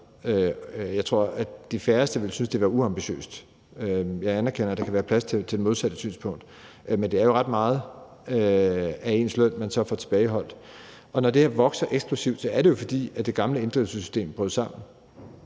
Jeg tror, de færreste ville synes, det var uambitiøst. Jeg anerkender, at der kan være plads til det modsatte synspunkt. Men det er jo ret meget af ens løn, man så får tilbageholdt. Når det her vokser eksplosivt, er det jo, fordi det gamle inddrivelsessystem brød sammen